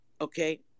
Okay